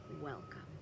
welcome